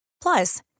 Plus